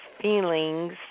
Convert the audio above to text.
feelings